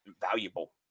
valuable